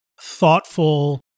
thoughtful